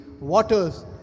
waters